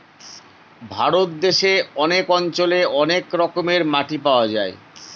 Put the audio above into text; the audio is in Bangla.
ভারত দেশে অনেক অঞ্চলে অনেক রকমের মাটি পাওয়া যায়